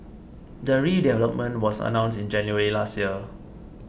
the redevelopment was announced in January last year